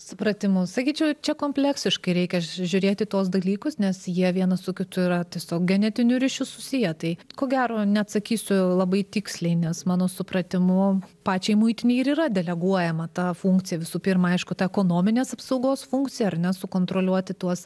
supratimu sakyčiau čia kompleksiškai reikia žiūrėti į tuos dalykus nes jie vienas su kitu yra tiesiog genetiniu ryšiu susiję tai ko gero neatsakysiu labai tiksliai nes mano supratimu pačiai muitinei ir yra deleguojama ta funkcija visų pirma aišku ta ekonominės apsaugos funkcija ar ne sukontroliuoti tuos